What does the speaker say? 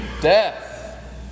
death